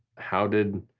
how did.